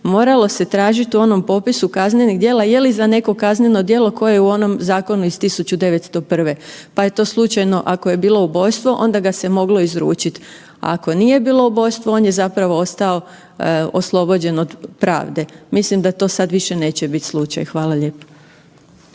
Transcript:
moralo se tražit u onom popisu kaznenih djela je li za neko kazneno djelo koje je u onom zakonu iz 1901., pa je to slučajno ako je bilo ubojstvo onda ga se moglo izručit, a ako nije bilo ubojstvo on je zapravo ostao oslobođen od pravde. Mislim da to sad više neće bit slučaj. Hvala lijepo.